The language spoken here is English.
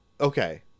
Okay